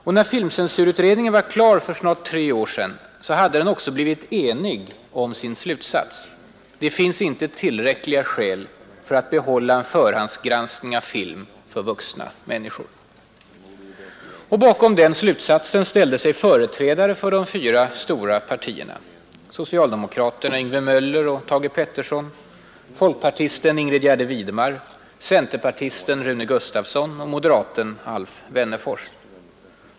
Och när filmcensurutredningen var klar för snart tre år sedan hade den också blivit enig om sin slutsats: det finns inte tillräckliga skäl för att behålla förhandsgranskning av film för vuxna människor. Bakom den slutsatsen ställde sig företrädare för de fyra stora partierna: socialdemokraterna Yngve Möller och Thage Peterson, folkpartisten Ingrid Gärde Widemar, centerpartisten Rune Gustavsson och moderaten Alf Wennerfors.